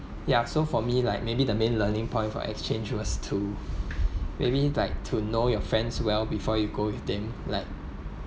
ya so for me like maybe the main learning point for exchange was to maybe like to know your friends well before you go with them like